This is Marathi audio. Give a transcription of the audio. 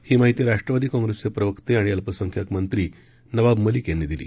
ही माहिती राष्ट्रवादी काँग्रेसचे प्रवक्ते आणि अल्पसंख्याक मंत्री नवाब मलिक यांनी दिली